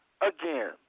again